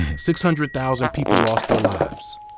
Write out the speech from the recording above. six hundred thousand people lost their lives.